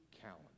calendar